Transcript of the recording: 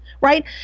right